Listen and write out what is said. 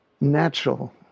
natural